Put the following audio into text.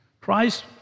Christ